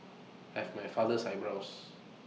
I have my father's eyebrows